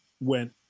went